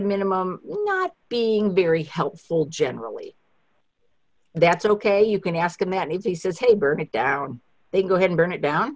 minimum not being very helpful generally that's ok you can ask him anything he says hey burn it down they go ahead and burn it down